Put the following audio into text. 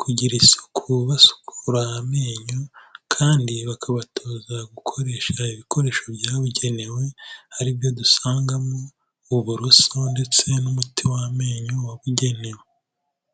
kugira isuku basukura amenyo kandi bakabatoza gukoresha ibikoresho byabugenewe ari byo dusangamo uburoso ndetse n'umuti w'amenyo wabugenewe.